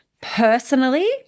personally